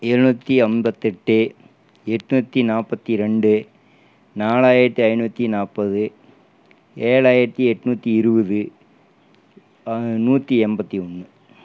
எழுநூற்றி ஐம்பத்தெட்டு எண்நூத்தி நாற்பத்தி ரெண்டு நாலாயிரத்தி ஐநூற்றி நாற்பது ஏழாயிரத்தி எண்நூத்தி இருபது நூற்றி எண்பத்தி ஒன்று